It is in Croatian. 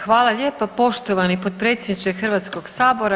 Hvala lijepa poštovani potpredsjedniče Hrvatskog sabora.